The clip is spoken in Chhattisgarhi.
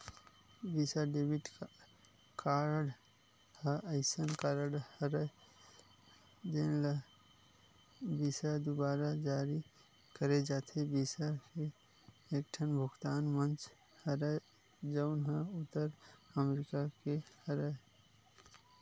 बिसा डेबिट कारड ह असइन कारड हरय जेन ल बिसा दुवारा जारी करे जाथे, बिसा ह एकठन भुगतान मंच हरय जउन ह उत्तर अमरिका के हरय